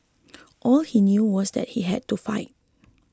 all he knew was that he had to fight